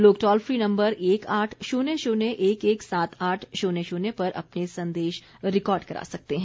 लोग toll free number एक आठ शून्य शून्य एक एक सात आठ शून्य शून्य पर अपने संदेश रिकॉर्ड करा सकते हैं